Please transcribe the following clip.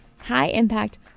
high-impact